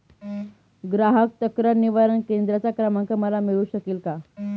ग्राहक तक्रार निवारण केंद्राचा क्रमांक मला मिळू शकेल का?